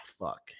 Fuck